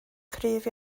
cryf